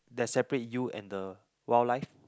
that separate you and the wildlife